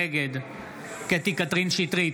נגד קטי קטרין שטרית,